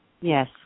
Yes